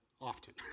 often